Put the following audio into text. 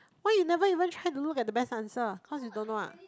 why you never even try to look at the best answer cause you don't know ah